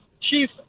chief